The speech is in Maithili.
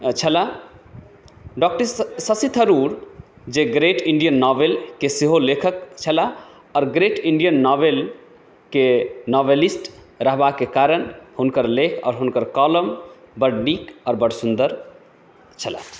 छलै डॉक्टर शशि थरूर जे ग्रेट इन्डियन नोवेलके सेहो लेखक छलाह और ग्रेट इन्डियन नोवेलके नोवलिस्ट रहबाके कारण हुनकर लेख आओर हुनकर कौलम बड्ड नीक और बड्ड सुन्दर छलै